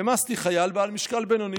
העמסתי חייל בעל משקל בינוני.